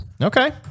Okay